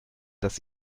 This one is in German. das